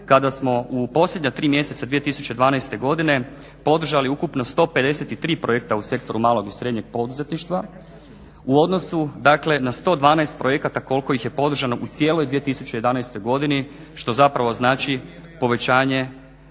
kada smo u posljednja tri mjeseca 2012. godine podržali ukupno 153 projekta u sektoru malog i srednjeg poduzetništva u odnosu dakle na 112 projekata koliko je podržano u cijeloj 2011. godini što zapravo znači povećanje